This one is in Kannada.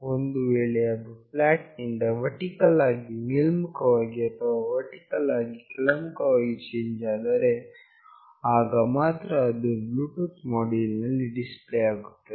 ಒಂದು ವೇಳೆ ಅದು ಫ್ಲಾಟ್ ನಿಂದ ವರ್ಟಿಕಲ್ ಆಗಿ ಮೇಲ್ಮುಖ ಅಥವಾ ವರ್ಟಿಕಲ್ ಆಗಿ ಕೆಳಮುಖವಾಗಿ ಚೇಂಜ್ ಆದರೆ ಆಗ ಮಾತ್ರ ಅದು ಬ್ಲೂಟೂತ್ ಮೋಡ್ಯುಲ್ ನಲ್ಲಿ ಡಿಸ್ಪ್ಲೇ ಆಗುತ್ತದೆ